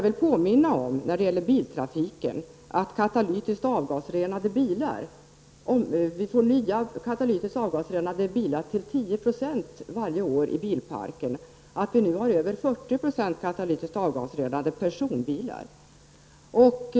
Beträffande biltrafiken vill jag påminna om att vi får 10 % nya katalytiskt avgasrenade bilar varje år i bilparken och att vi nu har över 40 % katalytiskt avgasrenade personbilar.